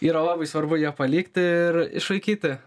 yra labai svarbu ją palikti ir išlaikyti